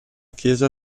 chiesa